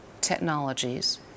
technologies